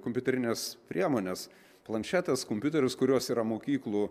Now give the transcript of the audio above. kompiuterines priemones planšetes kompiuterius kurios yra mokyklų